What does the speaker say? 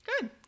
Good